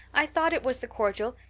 i thought it was the cordial.